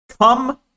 Come